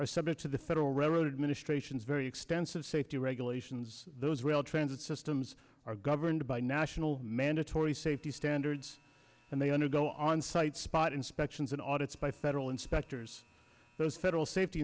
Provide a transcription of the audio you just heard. are subject to the federal road administration's very extensive safety regulations those rail transit systems are governed by national mandatory safety standards and they undergo on site spot inspections in audits by federal inspectors those federal safety